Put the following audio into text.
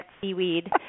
seaweed